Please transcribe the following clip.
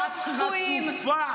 להיות צבועים.